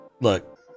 Look